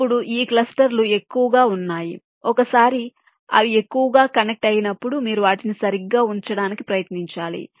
ఇప్పుడు ఈ క్లస్టర్ లు ఎక్కువగా వున్నాయి ఒకసారి అవి ఎక్కువగా కనెక్ట్ అయినప్పుడు మీరు వాటిని సరిగ్గా ఉంచడానికి ప్రయత్నించాలి